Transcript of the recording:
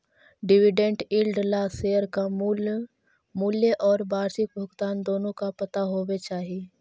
dividend yield ला share का मूल मूल्य और वार्षिक भुगतान दोनों का पता होवे चाही